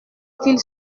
qu’il